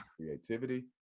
creativity